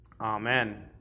Amen